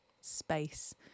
space